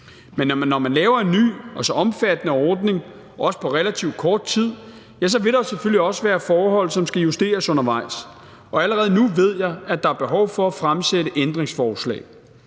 Men når man laver en ny og så omfattende ordning – også på relativt kort tid – vil der selvfølgelig også være forhold, som skal justeres undervejs, og allerede nu ved jeg, at der er behov for at stille ændringsforslag.